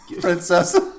Princess